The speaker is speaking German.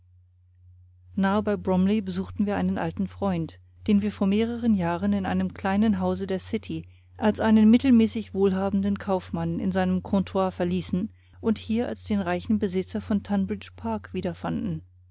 bromley besuchten wir einen alten freund den wir vor mehreren jahren in einem kleinen hause der city als einen mittelmäßig wohlhabenden kaufmann in seinem comptoir verließen und hier als den reichen besitzer von tunbridge park